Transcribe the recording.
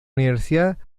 universidad